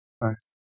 Nice